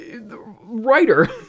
writer